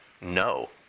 no